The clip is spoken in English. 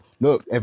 Look